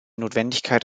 notwendigkeit